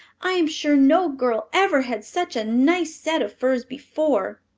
i am sure no girl ever had such a nice set of furs before!